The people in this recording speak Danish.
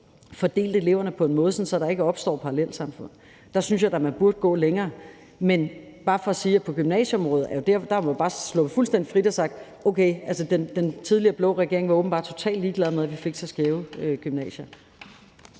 fordelt eleverne på en måde, så der ikke opstår parallelsamfund. Der synes jeg da man burde gå længere. Men det er bare for at sige, at på gymnasieområdet har man bare sluppet det fuldstændigt. Den tidligere blå regering var åbenbart totalt ligeglad med, at vi fik så skæve gymnasier.